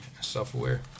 self-aware